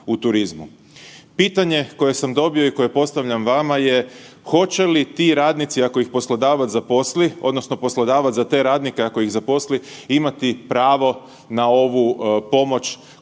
Pitanje koje sam dobio i koje postavljam vama je hoće li ti radnici ako ih poslodavac zaposli odnosno poslodavac za te radnike ako ih zaposli imati pravo na ovu pomoć koja je sada